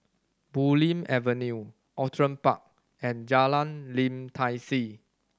Bulim Avenue Outram Park and Jalan Lim Tai See